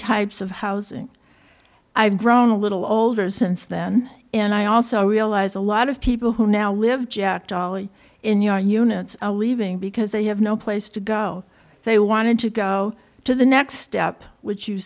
types of housing i've grown a little older since then and i also realize a lot of people who now live jack dolly in your units are leaving because they have no place to go they wanted to go to the next step which you